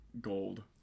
gold